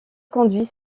conduit